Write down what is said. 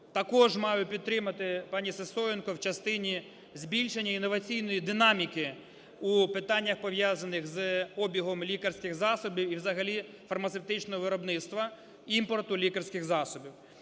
також маю підтримати пані Сисоєнко в частині збільшення інноваційної динаміки у питаннях, пов'язаних з обігом лікарських засобів і взагалі фармацевтичного виробництва, імпорту лікарських засобів.